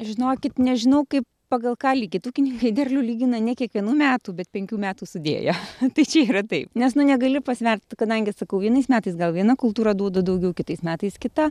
žinokit nežinau kaip pagal ką lygint ūkininkai derlių lygina ne kiekvienų metų bet penkių metų sudėję tai čia yra taip nes nu negali pasverti kadangi sakau vienais metais gal viena kultūra duoda daugiau kitais metais kita